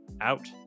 out